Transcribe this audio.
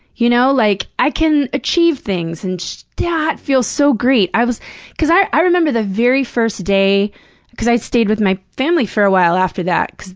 y'know? like, i can achieve things, and so that feels so great. i was cause i i remember the very first day cause i stayed with my family for a while after that.